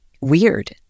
weird